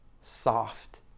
soft